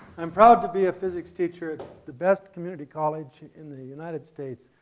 i'm proud to be a physics teacher at the best community college in the united states,